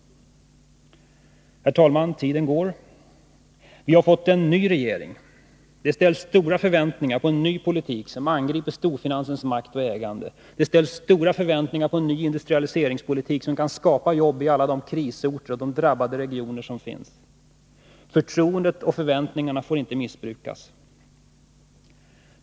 Herr talman! Tiden går. Vi har fått en ny regering. Det ställs stora förväntningar på en ny politik, som angriper storfinansens makt och ägande. Det ställs stora förväntningar på en ny industrialiseringspolitik, som kan skapa jobb i alla de krisorter och drabbade regioner som finns. Förtroendet och förväntningarna får inte missbrukas.